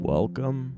Welcome